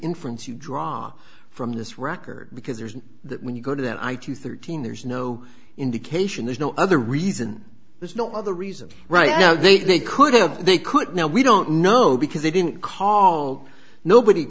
inference you draw from this record because there's that when you go to that eye to thirteen there's no indication there's no other reason there's no other reason right now they could have they could now we don't know because they didn't call nobody